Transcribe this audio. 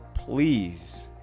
Please